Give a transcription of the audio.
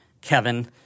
Kevin